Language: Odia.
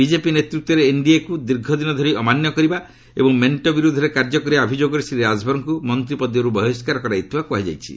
ବିଜେପି ନେତୃତ୍ୱରେ ଏନ୍ଡିଏକୁ ଦୀର୍ଘଦିନ ଧରି ଅମାନ୍ୟ କରିବା ଏବଂ ମେଷ୍ଟ ବିରୋଧରେ କାର୍ଯ୍ୟ କରିବା ଅଭିଯୋଗରେ ଶ୍ରୀ ରାଜଭର୍ଙ୍କୁ ମନ୍ତ୍ରୀ ପଦରୁ ବହିଷ୍କାର କରାଯାଇଥିବା କୁହାଯାଇଛି